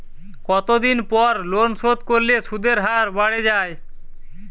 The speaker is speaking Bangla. কতদিন পর লোন শোধ করলে সুদের হার বাড়ে য়ায়?